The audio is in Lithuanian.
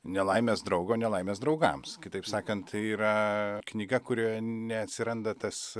nelaimės draugo nelaimės draugams kitaip sakant yra knyga kurioje neatsiranda tas